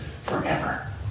forever